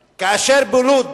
כאשר בלוד